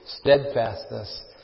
steadfastness